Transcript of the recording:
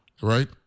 Right